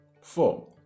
four